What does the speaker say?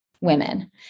women